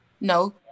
No